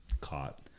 caught